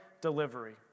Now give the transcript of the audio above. delivery